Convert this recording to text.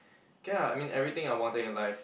okay lah I mean everything I wanted in life